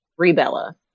Rebella